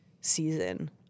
season